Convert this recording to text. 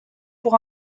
pour